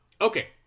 Okay